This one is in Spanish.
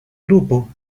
grupo